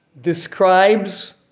describes